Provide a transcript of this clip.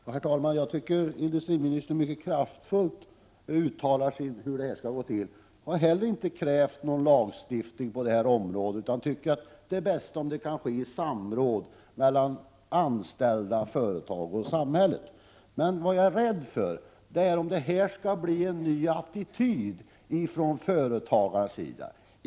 Herr talman! Jag tycker att industriministern mycket kraftfullt uttalar hur det här skall gå till. Jag har inte krävt någon lagstiftning på detta område utan 17 tycker att det är bäst om det kan ske ett samråd mellan anställda, företag och samhälle. Men vad jag är rädd för är att det här skulle bli en ny attityd från företagarsidan.